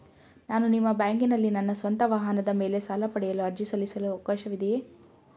ನಾನು ನಿಮ್ಮ ಬ್ಯಾಂಕಿನಲ್ಲಿ ನನ್ನ ಸ್ವಂತ ವಾಹನದ ಮೇಲೆ ಸಾಲ ಪಡೆಯಲು ಅರ್ಜಿ ಸಲ್ಲಿಸಲು ಅವಕಾಶವಿದೆಯೇ?